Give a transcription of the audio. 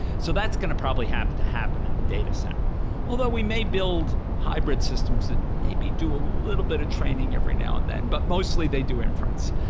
so that's going to probably have to happen in the data center although, we may build hybrid systems that maybe do a little bit of training every now and then, but mostly they do inference.